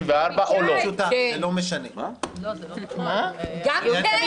ורק מיקי זוהר יענה על הדבר הזה.